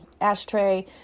ashtray